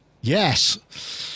yes